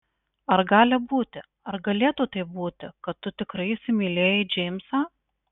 ar gali būti ar galėtų taip būti kad tu tikrai įsimylėjai džeimsą